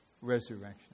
resurrection